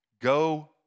Go